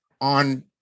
on